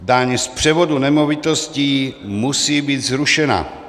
Daň z převodu nemovitostí musí být zrušena.